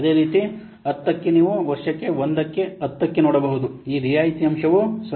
ಅದೇ ರೀತಿ 10 ಕ್ಕೆ ನೀವು ವರ್ಷ 1 ಕ್ಕೆ 10 ಕ್ಕೆ ನೋಡಬಹುದು ಈ ರಿಯಾಯಿತಿ ಅಂಶವು 0